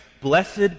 Blessed